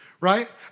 right